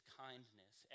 kindness